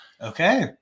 Okay